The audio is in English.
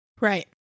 Right